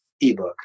ebook